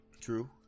True